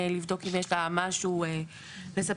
לבדוק אם יש לה משהו לספר.